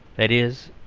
that is,